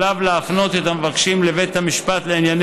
עליו להפנות את המבקשים לבית המשפט לענייני